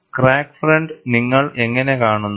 crack front നിങ്ങൾ എങ്ങനെ കാണുന്നു